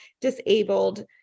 disabled